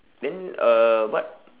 then uh what